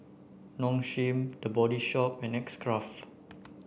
Nong Shim The Body Shop and X Craft